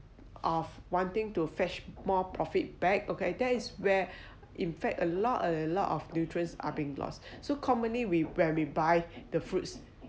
of wanting to fetch more profit bag okay that is where in fact a lot a lot of nutrients are being lost so commonly we when we buy the fruits